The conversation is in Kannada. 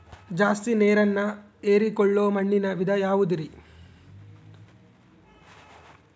ಜಾಸ್ತಿ ನೇರನ್ನ ಹೇರಿಕೊಳ್ಳೊ ಮಣ್ಣಿನ ವಿಧ ಯಾವುದುರಿ?